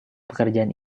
pekerjaan